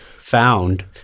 found